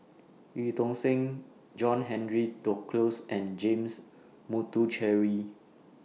EU Tong Sen John Henry Duclos and James Puthucheary